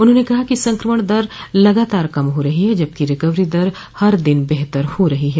उन्होंने कहा कि संक्रमण दर लगातार कम हो रही है जबकि रिकवरी दर हर दिन बेहतर हो रही है